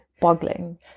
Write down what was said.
boggling